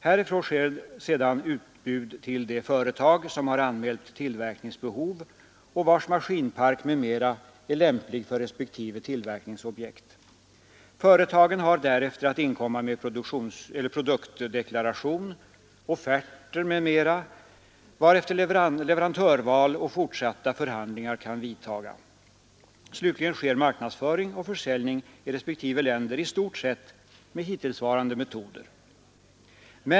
Härifrån sker sedan utbud till de företag som anmält tillverkningsbehov och vilkas maskinpark m.m. är lämplig för respektive tillverkningsobjekt. Företagen har därefter att inkomma med produktdeklaration, offert osv., varefter leverantörval och fortsatta förhandlingar kan vidtaga. Slutligen sker marknadsföring och försäljning i respektive länder i stort sett med hittillsvarande metoder.